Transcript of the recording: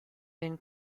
been